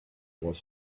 was